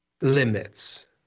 limits